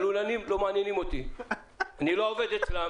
הלולנים לא מעניינים אותי ואני לא עובד אצלם.